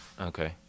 Okay